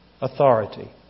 Authority